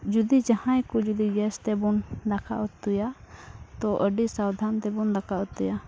ᱡᱩᱫᱤ ᱡᱟᱦᱟᱸᱭ ᱠᱚ ᱡᱩᱫᱤ ᱛᱮᱵᱚᱱ ᱫᱟᱠᱟᱼᱩᱛᱩᱭᱟ ᱛᱳ ᱟᱹᱰᱤ ᱥᱟᱵᱫᱷᱟᱱ ᱛᱮᱵᱚᱱ ᱫᱟᱠᱟ ᱩᱛᱩᱭᱟ